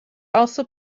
also